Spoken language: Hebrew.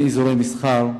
אין אזורי מסחר.